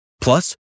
Plus